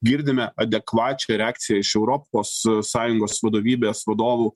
girdime adekvačią reakciją iš europos sąjungos vadovybės vadovų